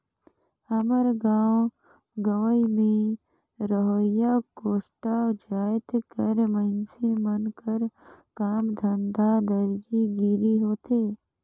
हमर गाँव गंवई में रहोइया कोस्टा जाएत कर मइनसे मन कर काम धंधा दरजी गिरी होथे